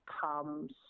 comes